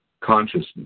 consciousness